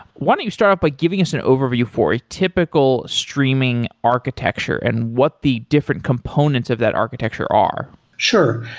why don't you start up by giving us an overview for a typical streaming architecture and what the different components of that architecture are? sure.